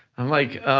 i'm like,